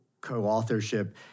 co-authorship